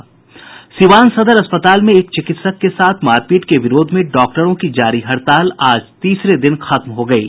सीवान सदर अस्पताल में एक चिकित्सक के साथ मारपीट के विरोध में डॉक्टरों की जारी हड़ताल आज तीसरे दिन खत्म हो गयी